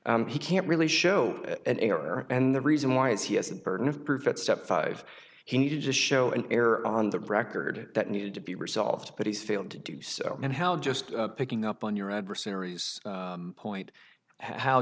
he can't really show an error and the reason why is he hasn't burden of proof at step five he needed to show an error on the record that needed to be resolved but he failed to do so and held just picking up on your adversaries point how